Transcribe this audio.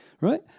Right